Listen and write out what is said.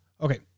Okay